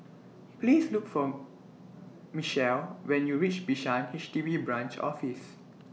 Please Look For Mechelle when YOU REACH Bishan H D B Branch Office